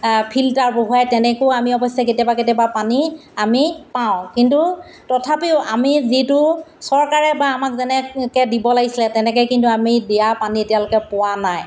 filter বহুৱাই তেনেকৈও আমি অৱশ্যে কেতিয়াবা কেতিয়াবা পানী আমি পাওঁ কিন্তু তথাপিও আমি যিটো চৰকাৰে বা আমাক যেনেকৈ দিব লাগিছিলে তেনেকৈ কিন্তু আমি দিয়া পানী এতিয়ালৈকে পোৱা নাই